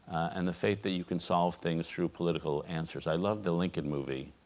and the faith that you can solve things through political answers i love the lincoln movie